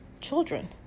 children